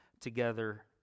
together